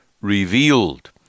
revealed